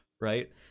right